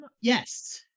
Yes